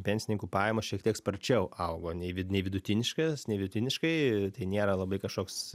pensininkų pajamos šiek tiek sparčiau augo nei vidiniai vidutiniškas nei vidutiniškai tai nėra labai kažkoks